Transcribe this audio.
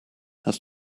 hast